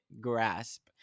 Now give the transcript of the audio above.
grasp